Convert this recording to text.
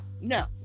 No